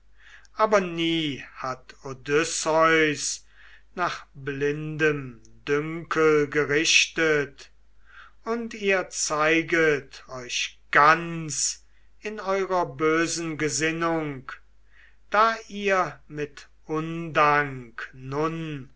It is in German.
aber nie hat odysseus nach blindem dünkel gerichtet und ihr zeiget euch ganz in eurer bösen gesinnung da ihr mit undank nun